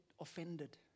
offended